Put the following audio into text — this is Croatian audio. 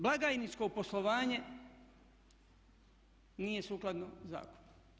Blagajničko poslovanje nije sukladno zakonu.